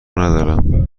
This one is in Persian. ندارم